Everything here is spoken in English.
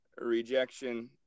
rejection